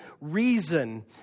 reason